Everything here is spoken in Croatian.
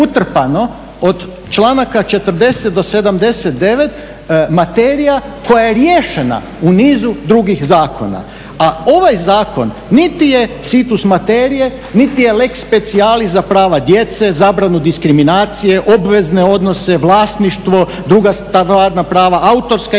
od članaka 40.do 79.materija koja je riješena u nizu drugih zakona, a ovaj zakon niti je situs materije, niti je lex specialis za prava djece, zabranu diskriminacije, obvezne odnose, vlasništvo, druga stvarna prava, autorska i slična